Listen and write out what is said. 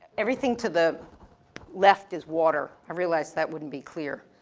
everything to the left is water, i realize that wouldn't be clear.